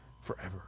forever